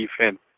defense